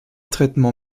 traitement